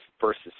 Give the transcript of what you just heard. versus